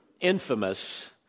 infamous